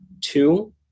Two